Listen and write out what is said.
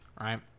right